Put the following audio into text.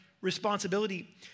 Responsibility